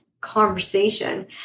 conversation